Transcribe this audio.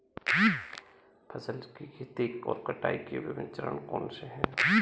फसल की खेती और कटाई के विभिन्न चरण कौन कौनसे हैं?